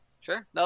Sure